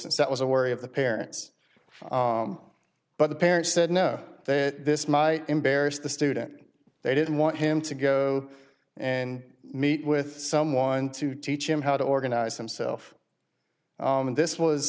and that was a worry of the parents but the parents said no that this might embarrass the student they didn't want him to go and meet with someone to teach him how to organize himself and this was